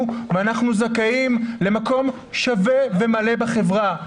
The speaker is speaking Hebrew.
ואנחנו זכאים למקום שווה ומלא בחברה.